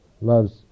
loves